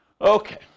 Okay